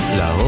la